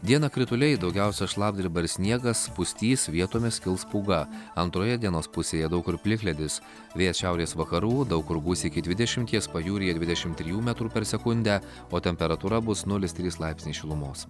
dieną krituliai daugiausia šlapdriba ir sniegas pustys vietomis kils pūga antroje dienos pusėje daug kur plikledis vėjas šiaurės vakarų daug kur gūsiai iki dvidešimties pajūryje dvidešimt trijų metrų per sekundę o temperatūra bus nulis trys laipsniai šilumos